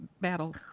battle